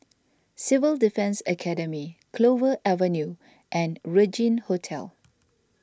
Civil Defence Academy Clover Avenue and Regin Hotel